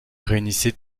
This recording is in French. réunissait